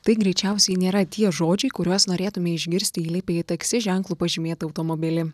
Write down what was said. tai greičiausiai nėra tie žodžiai kuriuos norėtume išgirsti įlipę į taksi ženklu pažymėtą automobilį